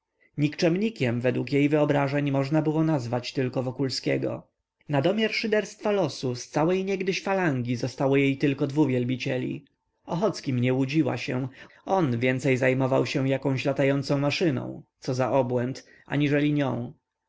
nikczemnikiem według jej wyobrażeń można było nazywać tylko wokulskiego nadomiar szyderstwa losu z całej niegdyś falangi zostało jej tylko dwu wielbicieli ochockim nie łudziła się on więcej zajmował się jakąś latającą maszyną co za obłęd aniżeli nią